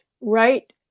right